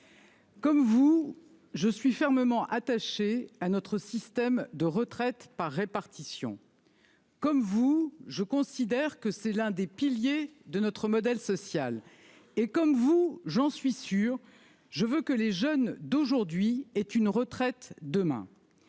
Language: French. comme vous, je suis profondément attachée à notre système de retraite par répartition. Comme vous, je considère que c'est l'un des piliers de notre modèle social. Et- j'en suis sûre -comme vous, je veux que les jeunes d'aujourd'hui aient une retraite demain.